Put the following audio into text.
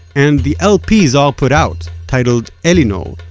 and the lp zohar put out, titled elinor,